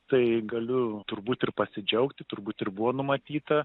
tai galiu turbūt ir pasidžiaugti turbūt ir buvo numatyta